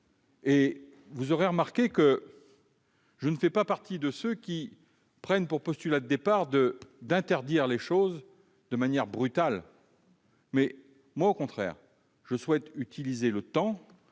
Vous aurez remarqué que je ne fais pas partie de ceux qui prennent pour postulat de départ d'interdire les choses de manière brutale. Au contraire, je souhaite utiliser le temps